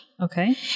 Okay